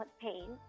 pain